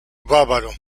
bávaro